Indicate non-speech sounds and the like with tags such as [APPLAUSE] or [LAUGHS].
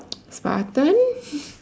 [NOISE] spartan [LAUGHS]